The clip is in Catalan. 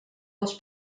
les